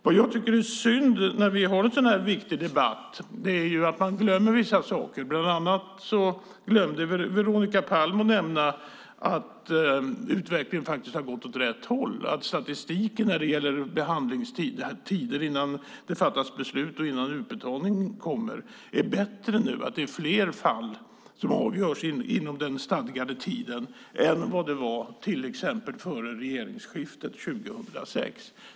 När vi har en så här viktig debatt tycker jag att det är synd att man glömmer vissa saker. Veronica Palm glömde bland annat att nämna att utvecklingen har gått åt rätt håll och att statistiken när det gäller tider innan det fattas beslut och innan utbetalning kommer är bättre nu, att det är fler fall som avgörs inom den stadgade tiden än vad det var till exempel före regeringsskiftet 2006.